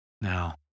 Now